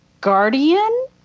guardian